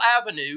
Avenue